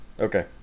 okay